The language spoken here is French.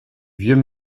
vieux